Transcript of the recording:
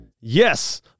Yes